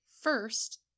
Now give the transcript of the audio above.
First